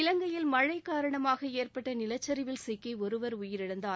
இலங்கையில் மழழ காரணமாக ஏற்பட்ட நிலச்சிவில் சிக்கி ஒருவர் உயிரிழந்தார்